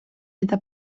eta